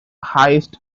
highest